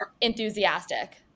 enthusiastic